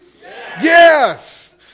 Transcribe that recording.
Yes